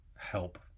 help